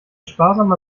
sparsamer